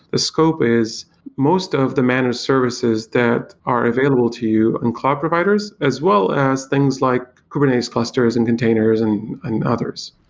the scope is most of the managed services that are available to you in and cloud providers as well as things like kubernetes clusters and containers and and others.